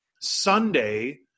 Sunday